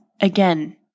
again